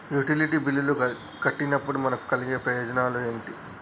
Utility బిల్లులు కట్టినప్పుడు మనకు కలిగే ప్రయోజనాలు ఏమిటి?